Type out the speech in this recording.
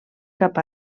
cap